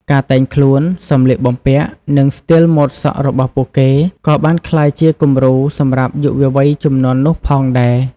ការតែងខ្លួន សម្លៀកបំពាក់ និងស្ទីលម៉ូដសក់របស់ពួកគេក៏បានក្លាយជាគំរូសម្រាប់យុវវ័យជំនាន់នោះផងដែរ។